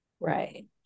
right